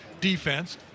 defense